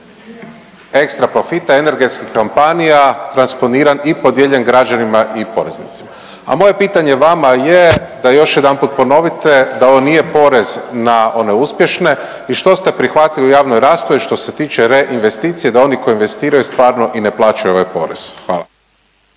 ekstra profita energetskih kompanija transponiran i podijeljen građanima i poreznicima. A moje pitanje vama je da još jedanput ponovite da ovo nije porez na one uspješne i što ste prihvatili u javnoj raspravi što se tiče reinvesticije da oni koji investiraju stvarno i ne plaćaju ovaj porez. Hvala.